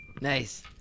Nice